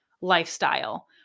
lifestyle